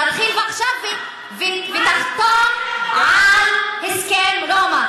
תתחיל עכשיו ותחתום על הסכם רומא.